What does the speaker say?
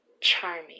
charming